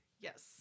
yes